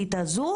המהותית הזו.